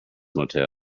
motel